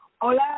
Hola